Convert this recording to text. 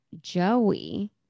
Joey